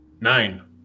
nine